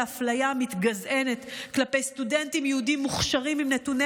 האפליה ה"מתגזענת" כלפי סטודנטים יהודים מוכשרים עם נתוני